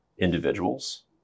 Individuals